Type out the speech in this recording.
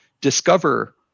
discover